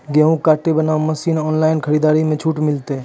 गेहूँ काटे बना मसीन ऑनलाइन खरीदारी मे छूट मिलता?